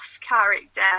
character